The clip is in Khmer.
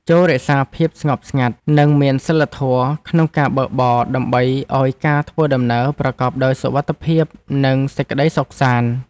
ចូររក្សាភាពស្ងប់ស្ងាត់ និងមានសីលធម៌ក្នុងការបើកបរដើម្បីឱ្យការធ្វើដំណើរប្រកបដោយសុវត្ថិភាពនិងសេចក្តីសុខសាន្ត។